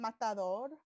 matador